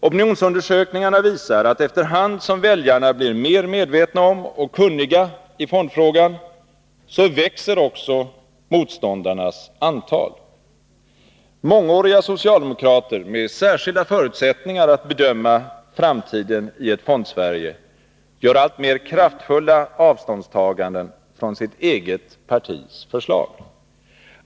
Opinionsundersökningar visar att efter hand som väljarna blir mer medvetna om och kunniga i fondfrågor, så växer motståndarnas antal. Mångåriga socialdemokrater med särskilda förutsättningar att bedöma framtiden i ett Fondsverige gör alltmer kraftfulla avståndstaganden från sitt eget partis förslag.